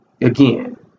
again